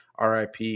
RIP